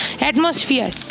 atmosphere